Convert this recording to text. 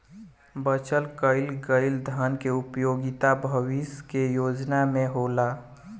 बचत कईल गईल धन के उपयोगिता भविष्य के योजना में होला